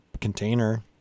container